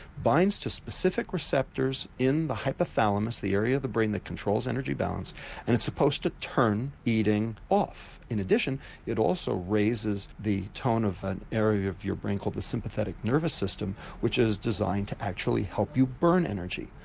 binds to specific receptors in the hypothalamus, the area of the brain that controls energy balance and it's supposed to turn eating off. in addition it also raises the tone of an area of your brain called the sympathetic nervous system which is designed to actually help you burn energy.